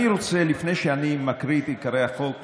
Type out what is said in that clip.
לפני שאני מקריא את עיקרי החוק,